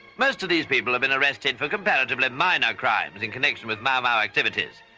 most of these people have been arrested for comparatively minor crimes, in connection with mau mau activities.